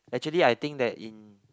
actually I think that in